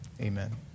amen